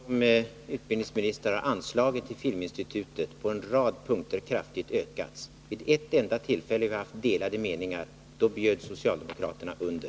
Fru talman! Under mina år som utbildningsminister har anslaget till Filminstitutet på en rad punkter kraftigt ökat. Vid ett enda tillfälle har vi haft delade meningar. Då bjöd socialdemokraterna under.